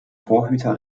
torhüter